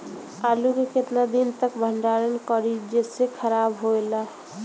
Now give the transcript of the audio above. आलू के केतना दिन तक भंडारण करी जेसे खराब होएला?